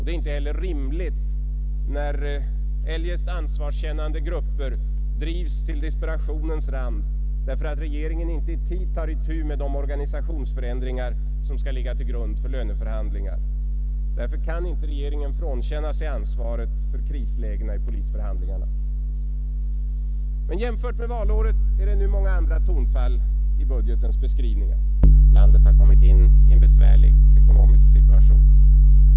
Det är inte heller rimligt när eljest ansvarskännande grupper drivs till desperationens rand, därför att regeringen inte i tid tar itu med de organisationsförändringar som skall ligga till grund för löneförhandlingar. Därför kan inte regeringen frånkänna sig ansvaret för krislägena i polisförhandlingarna. Jämfört med valåret är det nu många andra tonfall i budgetens beskrivningar. Landet har kommit in i en besvärlig ekonomisk situation.